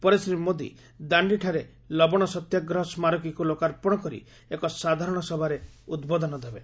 ପରେ ଶ୍ରୀ ମୋଦି ଦାଣ୍ଡିଠାରେ ଲବଣ ସତ୍ୟାଗ୍ରହ ସ୍କାରକୀକୁ ଲୋକାର୍ପଣ କରି ଏକ ସାଧାରଣ ସଭାରେ ଉଦ୍ବୋଧନ ଦେବେ